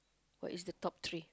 what is the top three